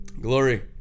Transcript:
glory